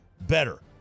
better